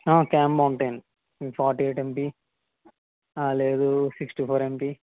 cam బావుంటుంది అండి forty eight MP లేదు సిక్స్టీ ఫోర్ ఎంపీ